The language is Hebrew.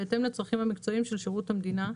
בהתאם לצרכים המקצועיים של שירות המדינה,